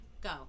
Go